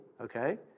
okay